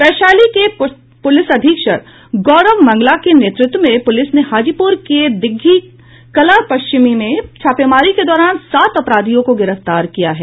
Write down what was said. वैशाली के पुलिस अधीक्षक गौरव मंगला के नेतृत्व में पुलिस ने हाजीपुर के दीघी कला पश्चिमी में छापेमारी के दौरान सात अपराधियों को गिरफ्तार किया गया है